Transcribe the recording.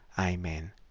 Amen